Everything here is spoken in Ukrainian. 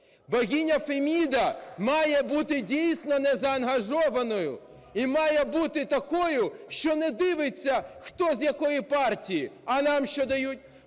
Богині Феміда має бути дійсно незаангажованою і має бути такою, що не дивиться, хто з якої партії. А нам що дають?